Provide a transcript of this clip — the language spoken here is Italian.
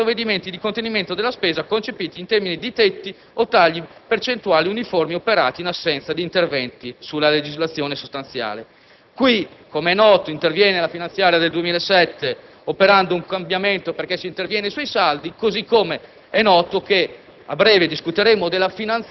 e la scarsa efficacia dei provvedimenti di contenimento della spesa concepiti in termini di tetti o tagli percentuali uniformi, operati in assenza di interventi sulla legislazione sostanziale. Qui, com'è noto, interviene la finanziaria del 2007, operando un cambiamento, perché si interviene sui saldi, così com'è noto che,